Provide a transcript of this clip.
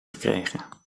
gekregen